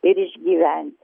ir išgyvent